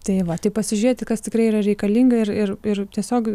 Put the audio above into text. tai va tai pasižėti kas tikrai yra reikalinga ir ir ir tiesiog